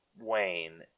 Wayne